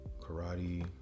karate